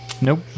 Nope